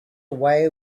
away